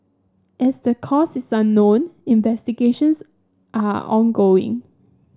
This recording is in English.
as the cause is unknown investigations are ongoing